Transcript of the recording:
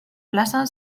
plazan